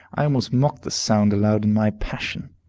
i almost mocked the sound aloud in my passion.